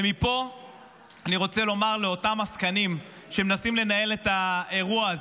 ומפה אני רוצה לומר לאותם עסקנים שמנסים לנהל את האירוע הזה: